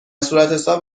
صورتحساب